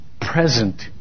present